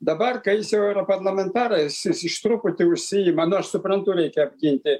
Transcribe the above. dabar kai jis jau yra parlamentaras jis iš truputį užsiima nu aš suprantu reikia apginti